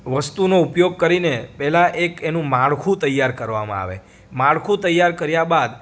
વસ્તુનો ઉપયોગ કરીને પહેલા એક એનું માળખું કરવામાં આવે માળખું તૈયાર કર્યા બાદ